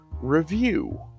review